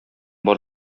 бар